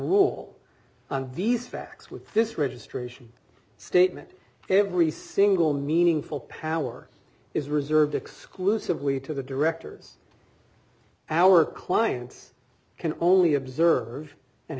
rule on these facts with this registration statement every single meaningful power is reserved exclusively to the directors our clients can only observe and